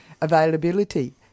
availability